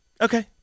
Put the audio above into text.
Okay